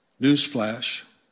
newsflash